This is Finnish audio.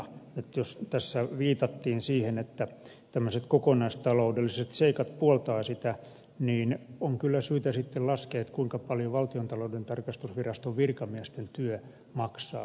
eli jos tässä viitattiin siihen että tämmöiset kokonaistaloudelliset seikat puoltavat sitä niin on kyllä syytä sitten laskea kuinka paljon valtiontalouden tarkastusviraston virkamiesten työ maksaa tässä tarkoituksessa